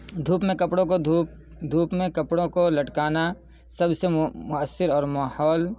دھوپ میں کپڑوں کو دھوپ دھوپ میں کپڑوں کو لٹکانا سب سے موثر اور ماحول